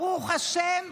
ברוך השם,